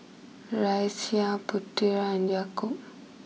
Raisya Putera and Yaakob